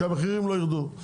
שהמחירים לא ירדו.